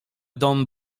dom